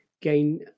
gain